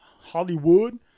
Hollywood